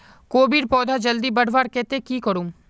कोबीर पौधा जल्दी बढ़वार केते की करूम?